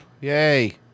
Yay